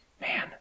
Man